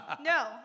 No